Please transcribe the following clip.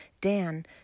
Dan